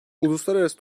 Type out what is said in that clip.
uluslararası